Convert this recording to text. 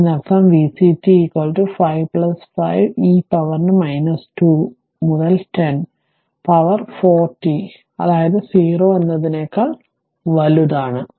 അതിനാൽ അതിനർത്ഥം vc t 5 5 e പവറിന് 2 മുതൽ 10 വരെ പവർ 4 t അതായത് 0 എന്നതിനേക്കാൾ വലുതാണ്